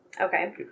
Okay